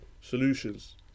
solutions